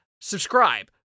subscribe